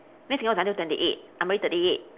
miss singapore is until twenty eight I'm already thirty eight